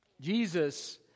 Jesus